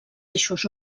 eixos